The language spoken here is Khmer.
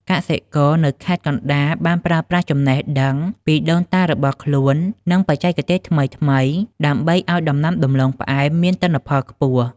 កសិករនៅខេត្តកណ្ដាលបានប្រើប្រាស់ចំណេះដឹងពីដូនតារបស់ខ្លួន និងបច្ចេកទេសថ្មីៗ ដើម្បីឱ្យដំណាំដំឡូងផ្អែមមានទិន្នផលខ្ពស់។